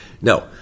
no